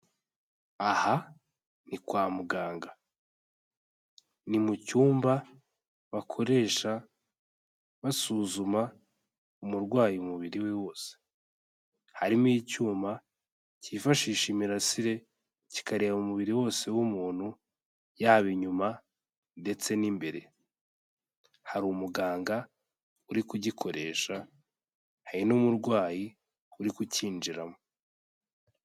Aha ni kwa muganga. Ni mu cyumba bakoresha basuzuma umurwayi umubiri we wose. Harimo icyuma cyifashisha imirasire kikareba umubiri wose w'umuntu, yaba inyuma ndetse n'imbere. Hari umuganga uri kugikoresha, hari n'umurwayi uri kucyinjiramo.